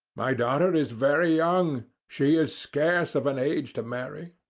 my daughter is very young she is scarce of an age to marry.